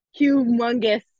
humongous